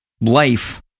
life